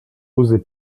osé